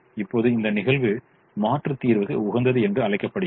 இப்போது இந்த நிகழ்வு மாற்று தீர்வுக்கு உகந்தது என்று அழைக்கப்படுகிறது